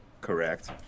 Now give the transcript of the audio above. Correct